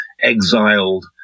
exiled